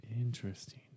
Interesting